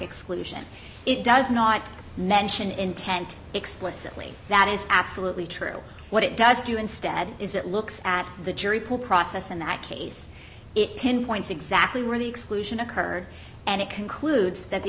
exclusion it does not mention intent explicitly that is absolutely true what it does do instead is it looks at the jury pool process in that case it pinpoints exactly where the exclusion occurred and it concludes that the